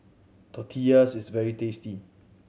Tortillas is very tasty